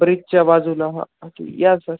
ब्रिजच्या बाजूला हां हां ठीक आहे या सर